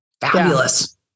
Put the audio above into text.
Fabulous